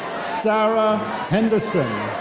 sara henderson.